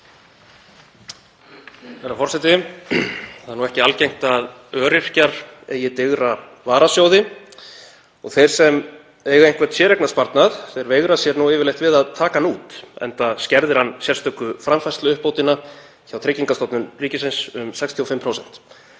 Herra forseti. Það er nú ekki algengt að öryrkjar eigi digra varasjóði og þeir sem eiga einhvern séreignarsparnað veigra sér yfirleitt við að taka hann út, enda skerðir hann sérstöku framfærsluuppbótina hjá Tryggingastofnun ríkisins um 65%,